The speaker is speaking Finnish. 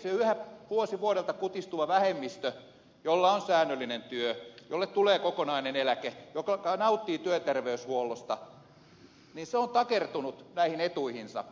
se yhä vuosi vuodelta kutistuva vähemmistö jolla on säännöllinen työ jolle tulee kokonainen eläke joka nauttii työterveyshuollosta on takertunut näihin etuihinsa